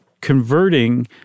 converting